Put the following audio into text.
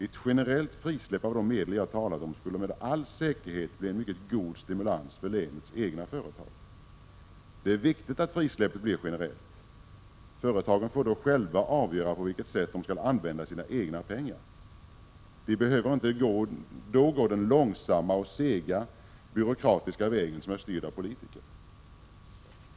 Ett generellt frisäpp av de medel som jag har talat om skulle med all säkerhet bli en mycket god stimulans för länets egna företag. Det är viktigt att frisläppet blir generellt. Företagen får då själva avgöra på vilket sätt de skall använda sina egna pengar. Det behöver då inte gå den långsamma och sega byråkratiska vägen, som är styrd av politiker.